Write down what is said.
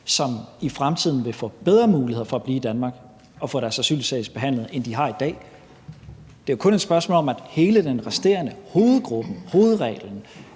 som i fremtiden vil få bedre muligheder for at blive i Danmark og få deres asylsag behandlet, end de har i dag. Det er jo kun et spørgsmål om, at for hele den resterende hovedgruppe er hovedreglen,